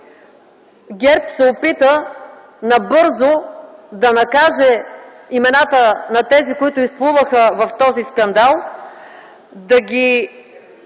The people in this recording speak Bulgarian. ГЕРБ се опита набързо да накаже тези, имената на които изплуваха в този скандал, да ги